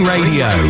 Radio